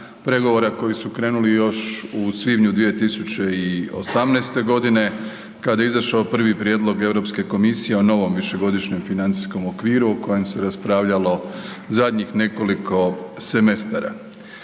koji su krenuli još u svibnju 2018. godine kada je izašao prvi prijedlog Europske komisije o novom višegodišnjem financijskom okviru o kojem se raspravljalo zadnjih nekoliko semestara.